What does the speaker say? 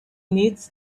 needs